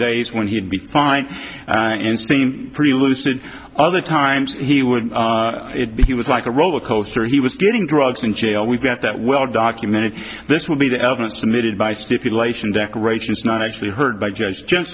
days when he'd be fine in seem pretty lucid other times he would be he was like a roller coaster he was getting drugs in jail we got that well documented this will be the evidence submitted by stipulation decorations not actually heard by judge ju